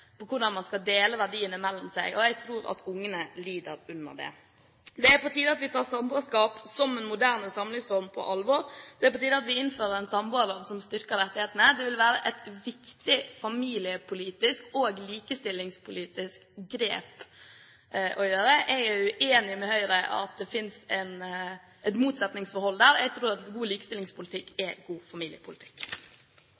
hvordan man skal dele verdiene mellom seg, og jeg tror at ungene lider under det. Det er på tide at vi tar samboerskap som en moderne samlivsform på alvor. Det er på tide at vi innfører en samboerlov som styrker rettighetene. Det vil være et viktig familiepolitisk og likestillingspolitisk grep å gjøre. Jeg er uenig med Høyre i at det finnes et motsetningsforhold der. Jeg tror at god likestillingspolitikk